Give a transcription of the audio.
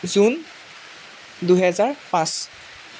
June দুহেজাৰ পাঁচ